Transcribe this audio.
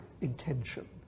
intention